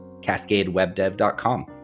cascadewebdev.com